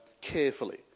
carefully